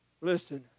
Listen